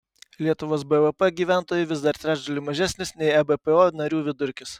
lietuvos bvp gyventojui vis dar trečdaliu mažesnis nei ebpo narių vidurkis